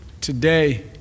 Today